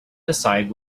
decide